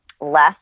less